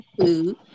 food